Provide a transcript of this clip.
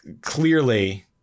clearly